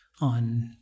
on